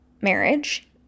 marriage